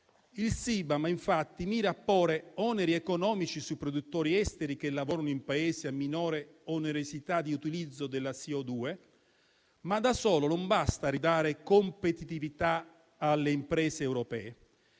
Il CBAM, infatti, mira a porre oneri economici sui produttori esteri che lavorano in Paesi a minore onerosità di utilizzo dell'anidride carbonica, ma da solo non basta a ridare competitività alle imprese europee,